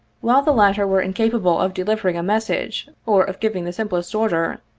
while the latter were incapable of delivering a message or of giving the simplest order,